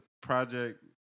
project